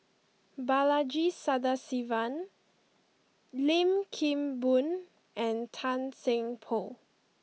Balaji Sadasivan Lim Kim Boon and Tan Seng Poh